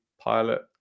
pilot